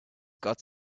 got